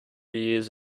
years